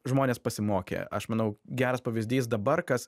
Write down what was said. žmonės pasimokė aš manau geras pavyzdys dabar kas